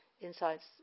Insights